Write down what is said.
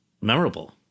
memorable